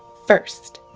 first.